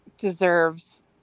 deserves